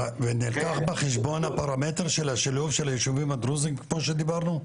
ונלקח בחשבון הפרמטר של השילוב של היישובים הדרוזים כמו שדיברנו?